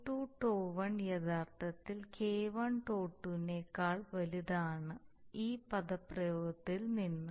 K2τ1 യഥാർത്ഥത്തിൽ K1τ2 നേക്കാൾ വലുതാണ് ഈ പദപ്രയോഗത്തിൽ നിന്ന്